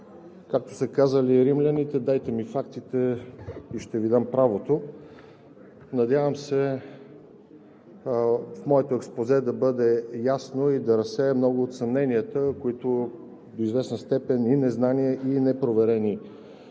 както са казали римляните: „Дайте ми фактите и ще Ви дам правото“. Надявам се моето експозе да бъде ясно и да разсее много от съмненията, които до известна степен и незнание, и непроверени